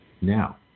Now